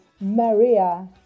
Maria